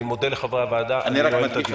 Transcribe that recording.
אני רק מדגיש,